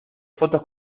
fotos